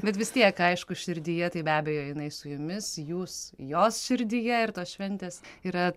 bet vis tiek aišku širdyje tai be abejo jinai su jumis jūs jos širdyje ir tos šventės yra